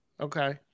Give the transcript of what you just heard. Okay